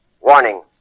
Warning